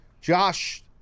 Josh